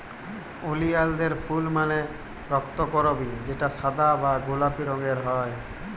ওলিয়ালদের ফুল মালে রক্তকরবী যেটা সাদা বা গোলাপি রঙের হ্যয়